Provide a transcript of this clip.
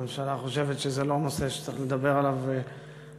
הממשלה חושבת שזה לא נושא שצריך לדבר עליו בכלל,